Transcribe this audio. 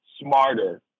smarter